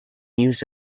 used